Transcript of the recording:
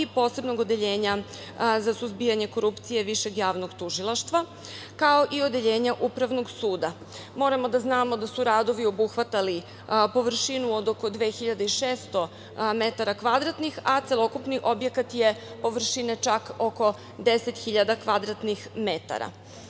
i Posebnog odeljenja za suzbijanje korupcije Višeg javnog tužilaštva, kao i odeljenja Upravnog suda. Moramo da znamo da su radovi obuhvatali površinu od oko 2.600 metara kvadratnih, a celokupni objekat je površine čak oko 10.000 kvadratnih metara.